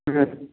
ହୁଁ